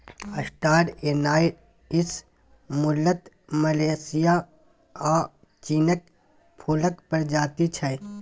star anise मुलतः Malaysia आ चीनक फुलक प्रजाति छै